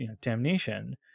damnation